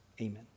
Amen